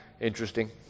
Interesting